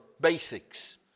basics